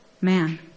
man